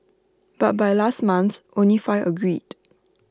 but by last month only five agreed